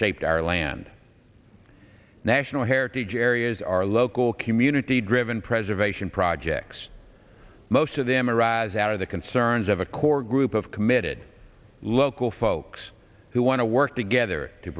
shaped our land national heritage areas our local community driven preservation projects most of them arise out of the concerns of a core group of committed local folks who want to work together to